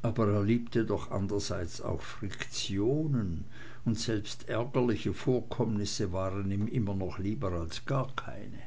aber er liebte doch andrerseits auch friktionen und selbst ärgerliche vorkommnisse waren ihm immer noch lieber als gar keine